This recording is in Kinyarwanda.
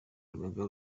urugaga